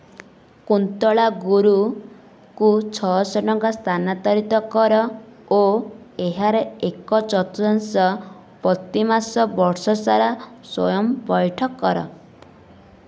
କୁନ୍ତଳା ଗୁରୁଙ୍କୁ ଛଅଶହ ଟଙ୍କା ସ୍ଥାନାନ୍ତରିତ କର ଓ ଏହାର ଏକ ଚତୁର୍ଥାଂଶ ପ୍ରତିମାସ ବର୍ଷ ସାରା ସ୍ଵୟଂ ପଇଠ କର